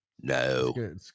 No